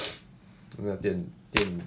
那个店店